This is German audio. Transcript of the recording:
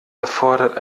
erfordert